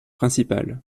principal